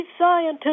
scientists